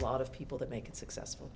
lot of people that make it successful